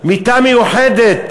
מיטה מיוחדת,